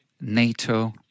NATO